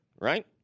right